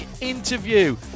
interview